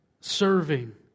Serving